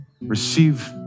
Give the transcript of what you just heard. receive